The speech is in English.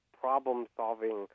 problem-solving